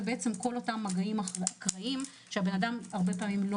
בעצם כל אותם מגעים אקראיים שבן אדם הרבה פעמים לא